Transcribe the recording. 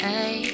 Hey